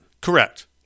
Correct